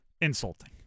insulting